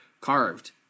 carved